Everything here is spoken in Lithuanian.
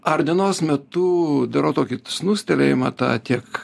ar dienos metu darau tokį snūstelėjimą tą tiek